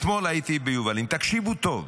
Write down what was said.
אתמול הייתי ביובלים, תקשיבו טוב,